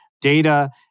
data